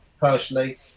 personally